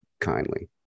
kindly